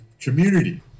community